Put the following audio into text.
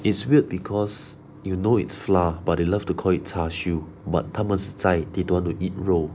it's weird because you know it's flour but they love to call it char siew but 他们是斋 they don't want to eat 肉